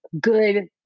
good